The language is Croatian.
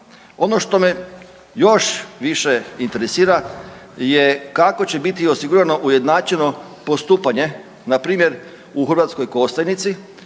Ono što me još više interesira je kako će biti osigurano ujednačeno postupanje na primjer u Hrvatskoj Kostajnici